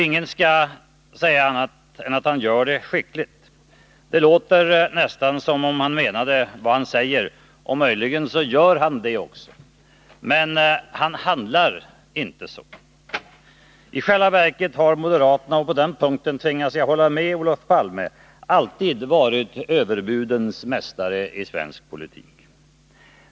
Ingen skall säga annat än att han gör det skickligt. Det låter nästan som om han menar vad han säger, och möjligen gör han det också. Men han handlar inte så. I själva verket har moderaterna — och på den punkten tvingas jag hålla med Olof Palme — alltid varit överbudens mästare i svensk politik.